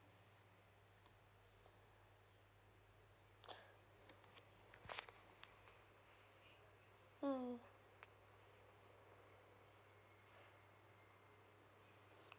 mm